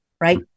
right